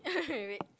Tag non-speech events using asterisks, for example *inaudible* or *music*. *laughs* wait wait wait